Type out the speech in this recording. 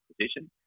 position